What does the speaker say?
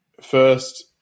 First